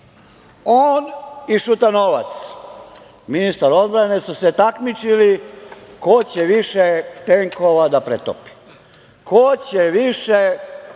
On i Šutanovac, ministar odbrane, su se takmičili ko će više tenkova da pretopi, ko će više